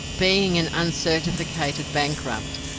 being an uncertificated bankrupt,